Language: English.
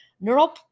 Neural